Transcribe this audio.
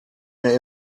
mir